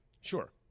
Sure